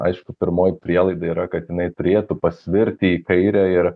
aišku pirmoji prielaida yra kad jinai turėtų pasvirti į kairę ir